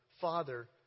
Father